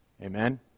Amen